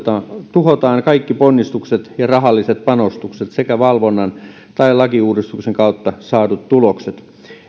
tuhotaan kaikki ponnistukset ja rahalliset panostukset sekä valvonnan tai lakiuudistuksen kautta saadut tulokset